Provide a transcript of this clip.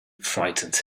frightened